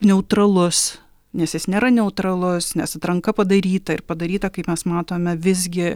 neutralus nes jis nėra neutralus nes atranka padaryta ir padaryta kaip mes matome visgi